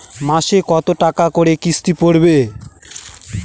মাসে কত টাকা করে কিস্তি পড়বে?